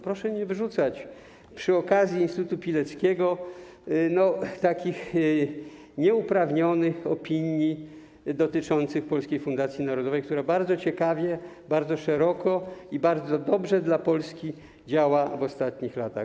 Proszę nie wrzucać do dyskusji przy okazji instytutu Pileckiego nieuprawnionych opinii dotyczących Polskiej Fundacji Narodowej, która bardzo ciekawie, bardzo szeroko i bardzo dobrze dla Polski działa w ostatnich latach.